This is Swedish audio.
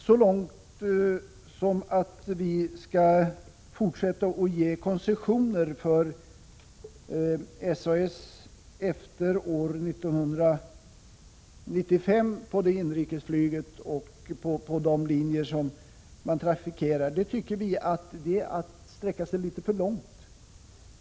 Vi tycker att det är att sträcka sig litet för långt, om man efter år 1995 vill fortsätta att ge SAS koncessioner på de linjer som SAS trafikerar.